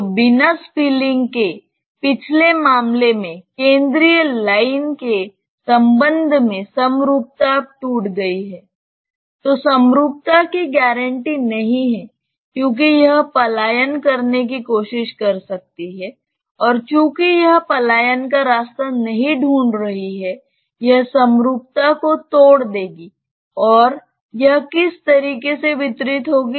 तो बिना स्पिलिंग छलकनाspilling के पिछले मामले में केंद्रीय लाइन के संबंध में समरूपता अब टूट गई है तो समरूपता की गारंटी नहीं है क्योंकि यह पलायन करने की कोशिश कर सकती है और चूंकि यह पलायन का रास्ता नहीं ढूंढ रही है यह समरूपता को तोड़ देगी और यह किस तरीके से वितरित होगी